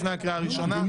לפני הקריאה הראשונה.